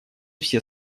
все